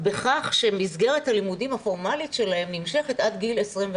בכך שמסגרת הלימודים הפורמלית שלהם נמשכת עד גיל 21,